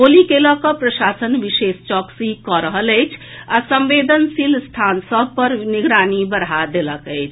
होली के लऽ कऽ प्रशासन विशेष चौकसी कऽ रहल अछि आ संवेदनशील स्थान सभ पर निगरानी बढ़ा देलक अछि